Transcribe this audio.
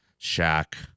Shaq